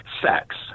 sex